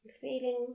Feeling